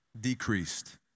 decreased